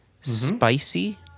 Spicy